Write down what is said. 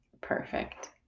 perfect